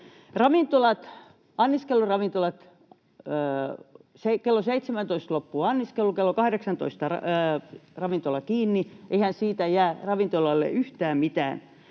kello 17 loppuu anniskelu, kello 18 ravintola kiinni — eihän siitä jää ravintoloille yhtään mitään